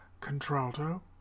Contralto